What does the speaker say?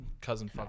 Cousin